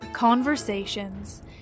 Conversations